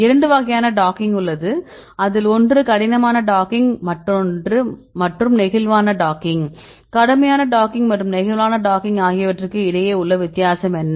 இரண்டு வகையான டாக்கிங் உள்ளது அதில் ஒன்று கடினமான டாக்கிங் மற்றும் நெகிழ்வான டாக்கிங் கடுமையான டாக்கிங் மற்றும் நெகிழ்வான டாக்கிங் ஆகியவற்றுக்கு இடையே உள்ள வித்தியாசம் என்ன